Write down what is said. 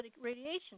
radiation